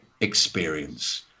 experience